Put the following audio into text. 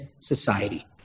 society